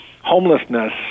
homelessness